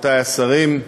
רבותי השרים,